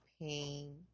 pain